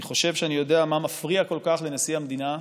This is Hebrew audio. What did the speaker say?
אני חושב שאני יודע מה מפריע כל כך לנשיא המדינה,